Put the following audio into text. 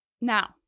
Now